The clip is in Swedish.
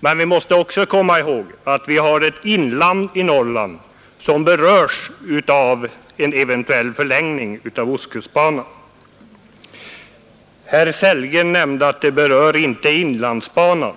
men vi måste också komma ihåg att vi har ett inland i Norrland som berörs av en eventuell förlängning av denna järnväg. Herr Sellgren nämnde att det inte berör inlandsbanan.